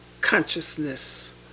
consciousness